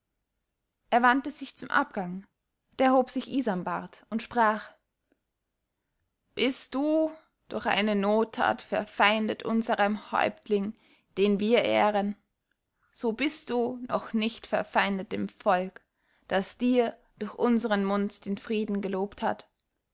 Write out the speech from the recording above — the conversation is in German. er wandte sich zum abgang da erhob sich isanbart und sprach bist du durch eine nottat verfeindet unserem häuptling den wir ehren so bist du noch nicht verfeindet dem volk das dir durch unseren mund den frieden gelobt hat